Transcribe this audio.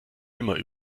nimmer